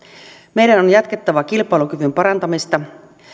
meidän on jatkettava kilpailukyvyn parantamista